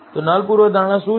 તો નલ પૂર્વધારણા શું છે